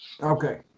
Okay